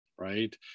right